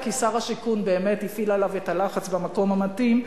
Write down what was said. רק כי שר השיכון באמת הפעיל עליו את הלחץ במקום המתאים,